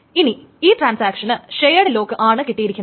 ഇനി ഈ ട്രാൻസാക്ഷന് ഷെയേട് ലോക്ക് ആണ് കിട്ടിയിരിക്കുന്നത്